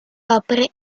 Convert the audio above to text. opere